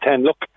Look